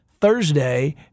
Thursday